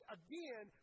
again